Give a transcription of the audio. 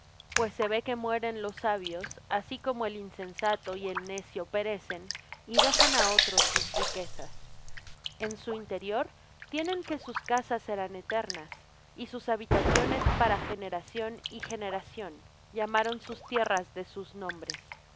pues se ve que mueren los sabios así como el insensato y el necio perecen y dejan á otros sus riquezas en su interior tienen que sus casas serán eternas y sus habitaciones para generación y generación llamaron sus tierras de sus nombres